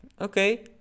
okay